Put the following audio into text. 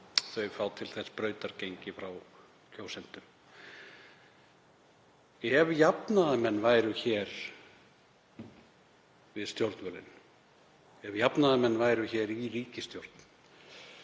þau fá til þess brautargengi frá kjósendum. Ef jafnaðarmenn væru við stjórnvölinn, ef jafnaðarmenn væru í ríkisstjórn